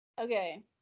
Okay